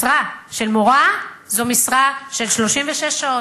משרה של מורה זו משרה של 36 שעות,